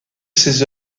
ses